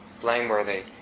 Blameworthy